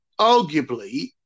arguably